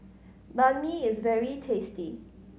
Banh Mi is very tasty